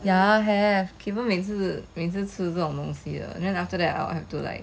ya have keven 每次每次吃这种东西的 then after that I'll have to like